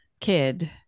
kid